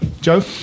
Joe